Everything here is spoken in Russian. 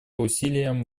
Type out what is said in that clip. усилиям